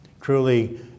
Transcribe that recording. truly